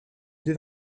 deux